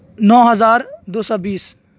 نو ہزار دو سو بیس